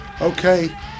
Okay